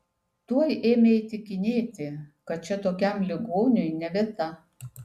tuoj ėmė įtikinėti kad čia tokiam ligoniui ne vieta